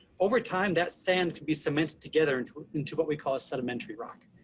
over time that sand could be cemented together into into what we call a sedimentary rock.